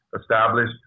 established